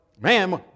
ma'am